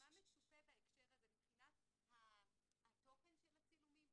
מה מצופה בהקשר הזה מבחינת התוכן של הצילומים,